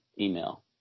email